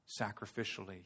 sacrificially